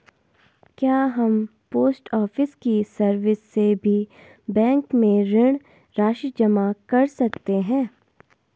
क्या हम post office की सर्विस से भी बैंक में ऋण राशि जमा कर सकते हैं?